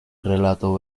relato